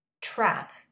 trap